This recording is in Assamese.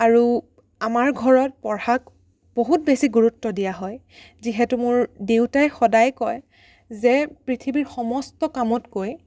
আৰু আমাৰ ঘৰত পঢ়াক বহুত বেছি গুৰুত্ব দিয়া হয় যিহেতু মোৰ দেউতাই সদায় কয় যে পৃথিৱীৰ সমষ্ট কামতকৈ